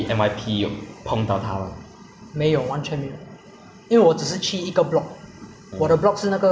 因为我只是去一个 block 我的 block 是那个在方便的所以我只是我只有去那个 block 吧 for the lab